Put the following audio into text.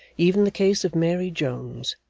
even the case of mary jones,